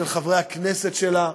של חברי הכנסת שלה,